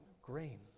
Grain